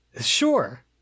Sure